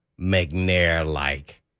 McNair-like